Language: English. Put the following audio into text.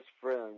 friends